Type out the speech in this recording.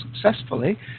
successfully